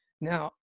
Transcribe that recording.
Now